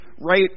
right